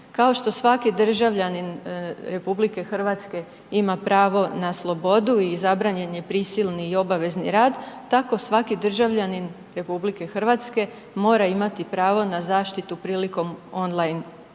Kao što svaki državljanin RH ima pravo na slobodu i zabranjen je prisilni i obavezni rad tako svaki državljanin RH mora imati pravo na zaštitu prilikom on line